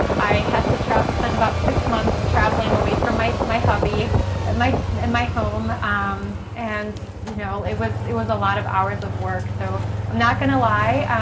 and i had to spend about six months traveling away from my my hubby and my and my home um and you know it was it was a lot of hours of work so i'm not gonna lie,